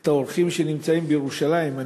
את האורחים שנמצאים בירושלים.